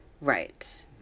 Right